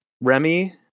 Remy